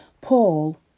Paul